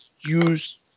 use